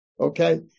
okay